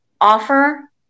offer